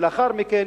ולאחר מכן,